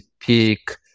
pick